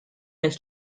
nel